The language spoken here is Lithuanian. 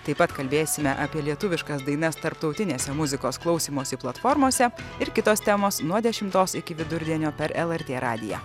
taip pat kalbėsime apie lietuviškas dainas tarptautinėse muzikos klausymosi platformose ir kitos temos nuo dešimtos iki vidurdienio per lrt radiją